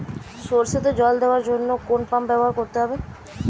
সরষেতে জল দেওয়ার জন্য কোন পাম্প ব্যবহার করতে হবে?